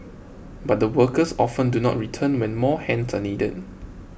but the workers often do not return when more hands are needed